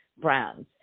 brands